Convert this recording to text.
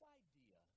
idea